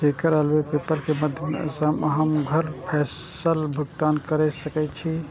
एकर अलावे पेपल के माध्यम सं अहां घर बैसल भुगतान कैर सकै छी